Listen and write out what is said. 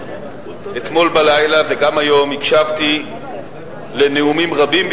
בלילה וגם היום הקשבתי לנאומים רבים,